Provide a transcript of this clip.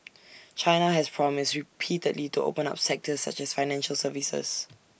China has promised repeatedly to open up sectors such as financial services